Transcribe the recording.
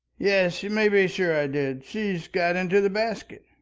yes, you may be sure i did. she's got into the basket.